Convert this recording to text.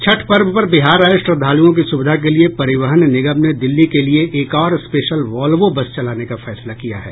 छठ पर्व पर बिहार आये श्रद्दालुओं की सुविधा के लिये परिवहन निगम ने दिल्ली के लिये एक और स्पेशल वॉल्वो बस चलाने का फैसला किया है